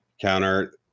counter